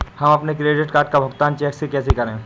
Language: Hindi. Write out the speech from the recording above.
हम अपने क्रेडिट कार्ड का भुगतान चेक से कैसे करें?